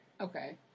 Okay